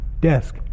desk